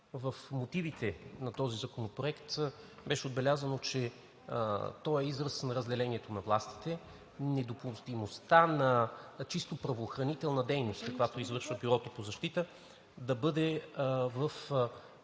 В мотивите на този законопроект беше отбелязано, че той е израз на разделението на властите, недопустимостта на чисто правоохранителна дейност, каквато извършва Бюрото по защита, да бъде в